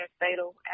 fatal